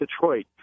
detroit